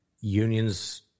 union's